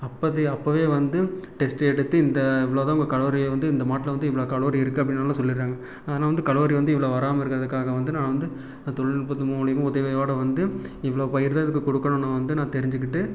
அப்பது அப்போவே வந்து டெஸ்ட்டு எடுத்து இந்த இவ்வளோதான் உங்கள் கலோரி வந்து இந்த மாட்டில் வந்து இவ்வ்ளோ கலோரி இருக்குது அப்படினெல்லாம் சொல்லிடறாங்க அதனாலே வந்து கலோரி வந்து இவ்வளோ வராமல் இருக்கிறதுக்காக வந்து நான் வந்து தொழில்நுட்பத்து மூலயமா உதவியோடு வந்து இவ்வளோ பயிர் தான் இதுக்கு கொடுக்கணுன்னு வந்து நான் தெரிஞ்சுக்கிட்டு